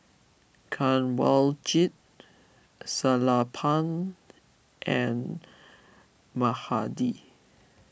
Kanwaljit Sellapan and Mahade